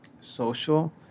Social